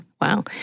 Wow